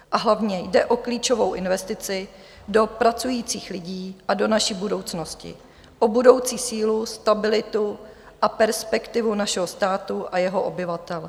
A hlavně jde o klíčovou investici do pracujících lidí a do naší budoucnosti, o budoucí sílu, stabilitu a perspektivu našeho státu a jeho obyvatel.